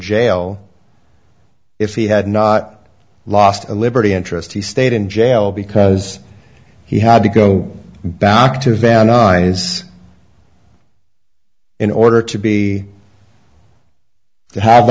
jail if he had not lost a liberty interest he stayed in jail because he had to go back to van nuys in order to be to have